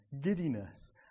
giddiness